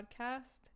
podcast